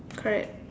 correct